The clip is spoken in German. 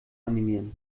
animieren